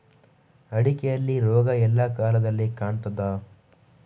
ಅಡಿಕೆಯಲ್ಲಿ ರೋಗ ಎಲ್ಲಾ ಕಾಲದಲ್ಲಿ ಕಾಣ್ತದ?